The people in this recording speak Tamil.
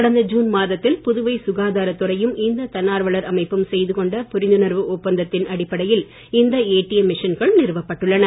கடந்த ஜுன் மாதத்தில் புதுவை சுகாதாரத் துறையும் இந்த தன்னார்வலர் அமைப்பும் செய்து கொண்ட புரிந்துணர்வு ஒப்பந்தத்தின் அடிப்படையில் இந்த ஏடிஎம் மிஷன்கள் நிறுவப்பட்டுள்ளன